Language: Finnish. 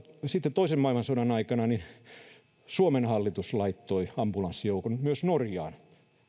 sitten toisen maailmansodan aikana suomen hallitus laittoi ambulanssijoukon myös norjaan